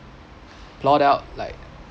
plot out like